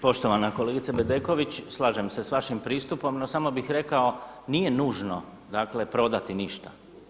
Poštovana kolegice Bedeković, slažem se s vašim pristupom no samo bih rekao nije nužno dakle prodati ništa.